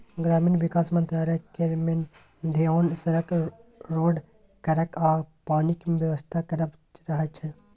ग्रामीण बिकास मंत्रालय केर मेन धेआन सड़क, रोड, घरक आ पानिक बेबस्था करब रहय छै